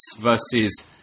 versus